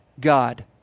God